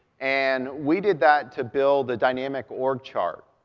and we did that to build a dynamic org chart,